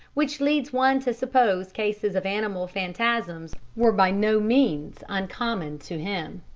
which leads one to suppose cases of animal phantasms were by no means uncommon to him.